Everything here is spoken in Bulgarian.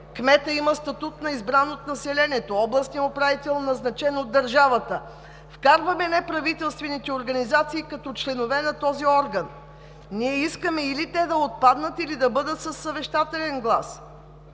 кметът има статут на избран от населението, областният управител – назначен от държавата, вкарваме неправителствените организации като членове на този орган. Ние искаме или те да отпаднат, или да бъдат със съвещателен глас